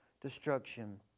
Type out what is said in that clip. destruction